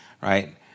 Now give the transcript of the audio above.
right